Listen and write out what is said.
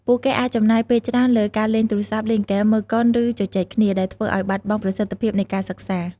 ពួកគេអាចចំណាយពេលច្រើនលើការលេងទូរស័ព្ទ លេងហ្គេម មើលកុន ឬជជែកគ្នា ដែលធ្វើឲ្យបាត់បង់ប្រសិទ្ធភាពនៃការសិក្សា។